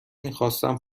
میخواستم